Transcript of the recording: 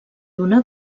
donar